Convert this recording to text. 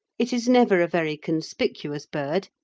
it is never a very conspicuous bird,